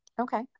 Okay